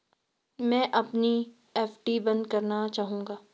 मैं अपनी एफ.डी बंद करना चाहूंगा